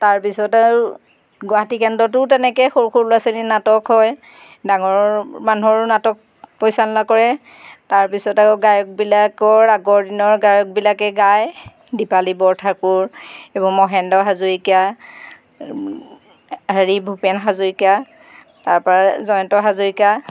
তাৰপিছত আৰু গুৱাহাটী কেন্দ্ৰতো তেনেকৈ সৰু সৰু ল'ৰা ছোৱালীৰ নাটক হয় ডাঙৰ মানুহৰো নাটক পৰিচালনা কৰে তাৰপিছত আও গায়কবিলাকৰ আগৰ দিনৰ গায়কবিলাকে গায় দীপালী বৰঠাকুৰ এইবোৰ মহেন্দ্ৰ হাজৰিকা হেৰি ভূপেন হাজৰিকা তাৰপৰা জয়ন্ত হাজৰিকা